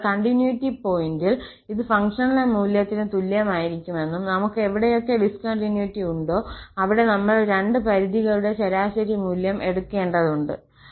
അതിനാൽ കണ്ടിന്യൂറ്റി പോയിന്റിൽ ഇത് ഫങ്ഷണൽ മൂല്യത്തിന് തുല്യമായിരിക്കുമെന്നും നമുക്ക് എവിടെയൊക്കെ ഡിസ്കണ്ടിന്യൂറ്റി ഉണ്ടോ അവിടെ നമ്മൾ രണ്ട് പരിധികളുടെ ശരാശരി മൂല്യം എടുക്കേണ്ടതുണ്ട്